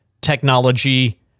technology